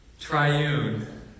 triune